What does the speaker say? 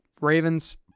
Ravens